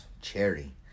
cherry